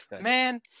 Man